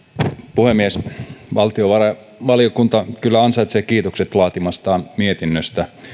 puhemies valtiovarainvaliokunta kyllä ansaitsee kiitokset laatimastaan mietinnöstä